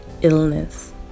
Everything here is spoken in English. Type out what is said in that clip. illness